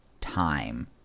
time